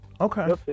Okay